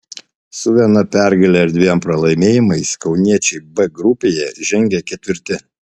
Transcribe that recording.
su viena pergale ir dviem pralaimėjimais kauniečiai b grupėje žengia ketvirti